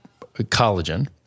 collagen